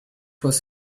was